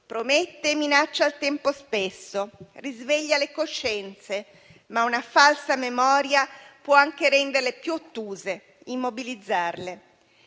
promette e minaccia al tempo stesso, risveglia le coscienze, ma una falsa memoria può anche renderle più ottuse, immobilizzarle.